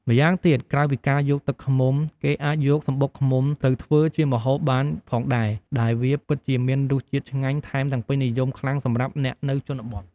ម្យ៉ាងទៀត ក្រៅពីការយកទឹកឃ្មុំ គេអាចយកសំបុកឃ្មុំទៅធ្វើជាម្ហូបបានផងដែរ ដែលវាពិតជាមានរសជាតិឆ្ងាញ់ថែមទាំងពេញនិយមខ្លាំងសម្រាប់អ្នកនៅជនបទ។